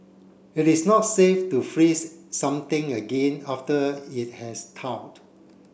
it is not safe to freeze something again after it has thawed